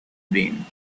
been